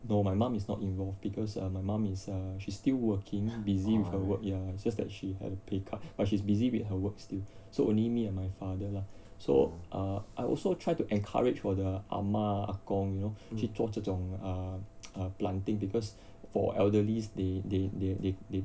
no my mum is not involved because my mum is err she's still working busy with her work ya just that she had a pay cut but she's busy with her work still so only me and my father lah so uh I also try to encourage 我的阿嬷阿公 you know 去做这种 err planting because for elderlies they they they they they